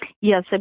Yes